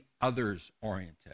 others-oriented